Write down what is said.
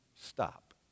stop